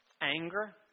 anger